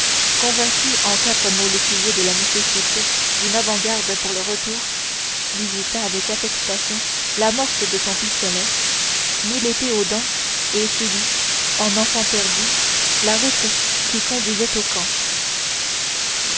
convainquit en quatre mots l'écuyer de la nécessité d'une avant-garde pour le retour visita avec affectation l'amorce de ses pistolets mit l'épée aux dents et suivit en enfant perdu la route qui conduisait au camp